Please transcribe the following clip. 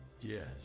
yes